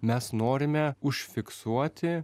mes norime užfiksuoti